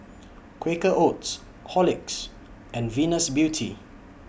Quaker Oats Horlicks and Venus Beauty